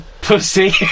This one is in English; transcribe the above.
pussy